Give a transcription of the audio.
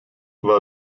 war